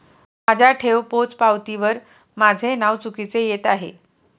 माझ्या ठेव पोचपावतीवर माझे नाव चुकीचे येत आहे